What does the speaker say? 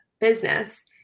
business